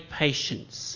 patience